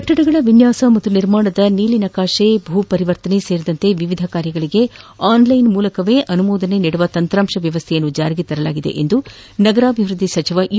ಕಟ್ಟಡಗಳ ವಿನ್ವಾಸ ಹಾಗೂ ನಿರ್ಮಾಣದ ನೀಲಿನಕಾಶೆ ಭೂ ಪರಿವರ್ತನೆ ಸೇರಿದಂತೆ ವಿವಿಧ ಕಾರ್ಯಗಳಿಗೆ ಆನ್ಲೈನ್ ಮೂಲಕವೇ ಅನುಮೋದನೆ ನೀಡುವ ತಂತ್ರಾಂಶ ವ್ವವಸ್ವೆಯನ್ನು ಜಾರಿಗೆ ತರಲಾಗಿದೆ ಎಂದು ನಗರಾಭಿವೃದ್ದಿ ಸಚಿವ ಯು